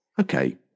Okay